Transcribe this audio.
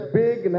big